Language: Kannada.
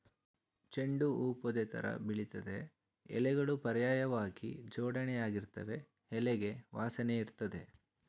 ಚೆಂಡು ಹೂ ಪೊದೆತರ ಬೆಳಿತದೆ ಎಲೆಗಳು ಪರ್ಯಾಯ್ವಾಗಿ ಜೋಡಣೆಯಾಗಿರ್ತವೆ ಎಲೆಗೆ ವಾಸನೆಯಿರ್ತದೆ